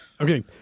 Okay